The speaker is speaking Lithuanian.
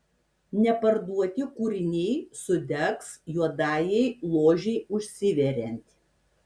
neparduoti kūriniai sudegs juodajai ložei užsiveriant